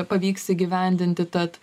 pavyks įgyvendinti tad